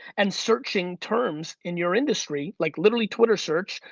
and searching terms in your industry. like, literally twitter search,